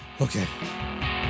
okay